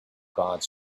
gods